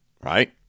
right